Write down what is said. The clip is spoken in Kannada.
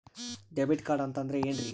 ಡೆಬಿಟ್ ಕಾರ್ಡ್ ಅಂತಂದ್ರೆ ಏನ್ರೀ?